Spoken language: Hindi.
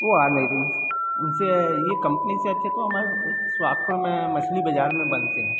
वो आ नहीं रही उनसे ये कम्पनी से अच्छे तो हमारे ये सोहागपुर में मछली बाजार में बनते हैं